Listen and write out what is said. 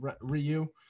Ryu